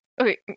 Okay